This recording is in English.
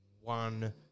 one